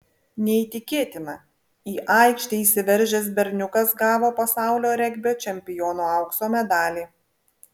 neįtikėtina į aikštę įsiveržęs berniukas gavo pasaulio regbio čempiono aukso medalį